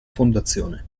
fondazione